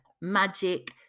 magic